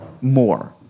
more